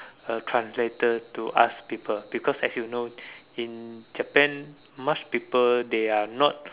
a translator to ask people because as you know in Japan much people they are not